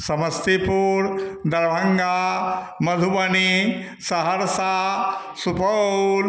Samastipur Darbhanga Madhubani Saharsa Supaul